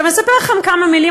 עכשיו אני אספר לכם בכמה מילים,